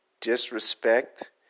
disrespect